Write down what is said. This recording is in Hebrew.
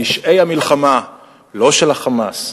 פשעי המלחמה לא של ה"חמאס",